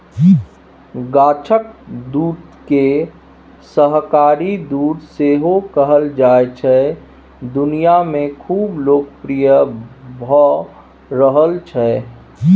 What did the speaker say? गाछक दुधकेँ शाकाहारी दुध सेहो कहल जाइ छै दुनियाँ मे खुब लोकप्रिय भ रहल छै